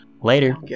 Later